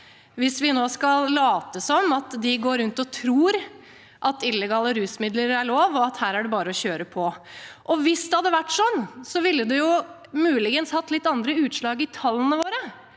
hvis vi nå skal late som at de går rundt og tror at illegale rusmidler er lov, og at her er det bare å kjøre på. Hvis det hadde vært sånn, ville det muligens gitt litt andre utslag i tallene våre.